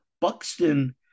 Buxton